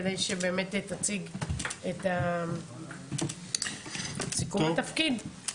כדי שבאמת תציג את סיכום התפקיד.